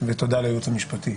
ותודה לייעוץ המשפטי.